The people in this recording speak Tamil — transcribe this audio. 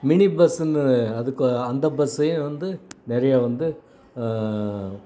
மினி பஸ்ஸுன்னு அதுக்கு அந்த பஸ்ஸையே வந்து நிறையா வந்து